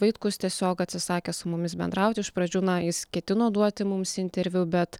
vaitkus tiesiog atsisakė su mumis bendrauti iš pradžių na jis ketino duoti mums interviu bet